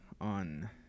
on